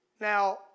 Now